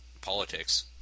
Politics